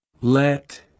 Let